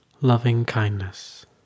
loving-kindness